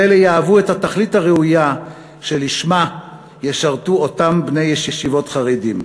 כל אלה יהוו את התכלית הראויה שלשמה ישרתו אותם בני ישיבות חרדים.